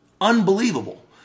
Unbelievable